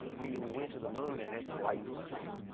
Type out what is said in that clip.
meaning, we went to the moon, and it's lifeless.